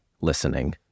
listening